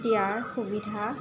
দিয়াৰ সুবিধা